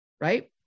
right